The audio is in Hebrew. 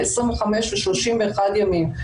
25 ו-31 ימים.